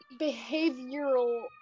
behavioral